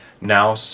now